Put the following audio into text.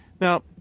Now